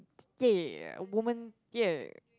okay woman okay